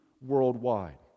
worldwide